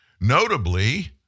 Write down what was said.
Notably